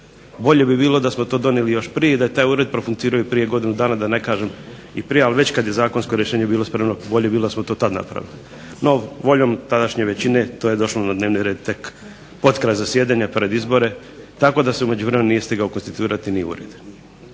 Bolje bi bilo da smo to donijeli još prije i da je taj ured profunkcionirao prije godinu dana, da ne kažem i prije ali kada je već zakonsko bilo spremno bolje bi bilo da smo to tada napravili. No, voljom tadašnje većine to je došlo na dnevni red tek potkraj zasjedanja pred izbore tako da se u međuvremenu nije stigao konstituirati ni ured.